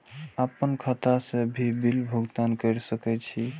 आपन खाता से भी बिल भुगतान कर सके छी?